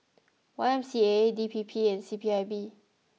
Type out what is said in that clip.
Y M C A D P P and C P I B